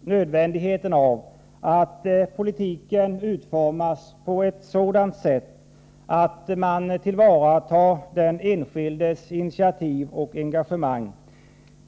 nödvändigheten av att politiken utformas på ett sådant sätt att man tillvaratar den enskildes initiativ och engagemang.